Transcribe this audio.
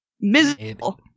miserable